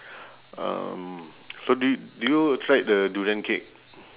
um so do y~ do you tried the durian cake